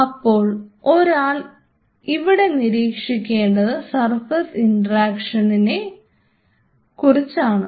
അപ്പോൾ ഒരാൾ ഇവിടെ നിരീക്ഷിക്കേണ്ടത് സർഫസ് ഇൻട്രാക്ഷനിനെ കുറിച്ചാണ്